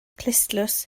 clustdlws